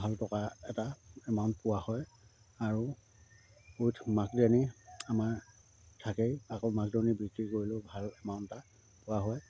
ভাল টকা এটা এমাউণ্ট পোৱা হয় আৰু উইথ মাকজনী আমাৰ থাকেই আকৌ মাকজনী বিক্ৰী কৰিলেও ভাল এমাউণ্ট এটা পোৱা হয়